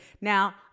Now